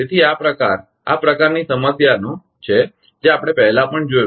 તેથી આ પ્રકાર આ પ્રકારની સમસ્યાનો છે જે આપણે પહેલાં પણ જોયું છે